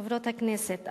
חברות הכנסת,